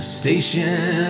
station